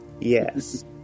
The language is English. yes